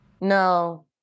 No